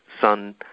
Sun